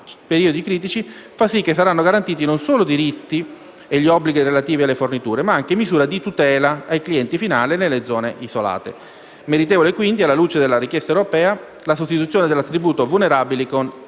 periodi critici, fa sì che saranno garantiti non solo i diritti e gli obblighi relativi alle forniture ma anche misure di tutela ai clienti finali nelle zone isolate. Meritevole è, quindi, alla luce della richiesta europea, la sostituzione dell'attributo «vulnerabili» con